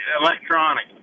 electronic